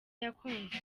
yakunzwe